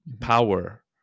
power